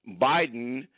Biden